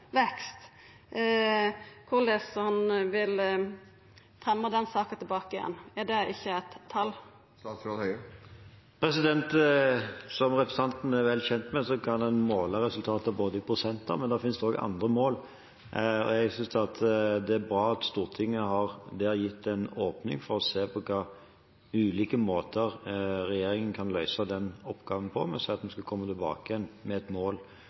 vekst», om korleis han vil fremja denne saka igjen. Er det ikkje eit tal? Som representanten er vel kjent med, kan en måle resultater i prosenter, men det finnes også andre mål. Jeg synes det er bra at Stortinget har gitt åpning for å se på hvilke ulike måter regjeringen kan løse den oppgaven på. Vi skal komme tilbake igjen til et mål